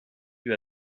lui